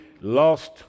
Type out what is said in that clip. lost